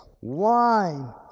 Wine